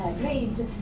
grades